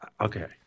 Okay